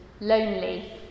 lonely